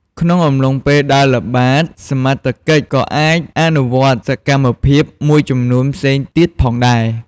ក្នុងអំឡុងពេលដើរល្បាត សមត្ថកិច្ចក៏អាចអនុវត្តសកម្មភាពមួយចំនួនផ្សេងទៀតផងដែរ។